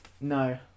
No